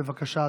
בבקשה,